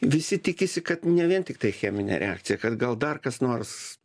visi tikisi kad ne vien tiktai cheminė reakcija kad gal dar kas nors